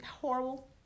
horrible